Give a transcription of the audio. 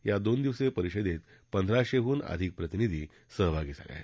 या दोन दिवसीय परिषदेत पंधराशेहून अधिक प्रतिनिधी सहभागी होत आहेत